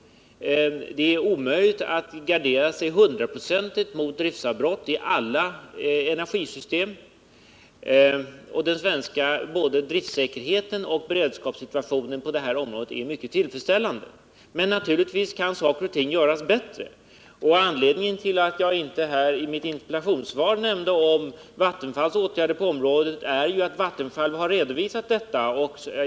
Det är, i alla energisystem, omöjligt att hundraprocentigt gardera sig mot driftavbrott. Både den svenska beredskapssituationen och driftsäkerheten på detta område är mycket tillfredsställande. Men naturligtvis kan saker och ting göras bättre. Anledningen till att jag i mitt svar inte nämnde någonting om Vattenfalls åtgärder på området var att dessa hade redovisats av Vattenfall.